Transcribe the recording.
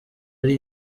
ari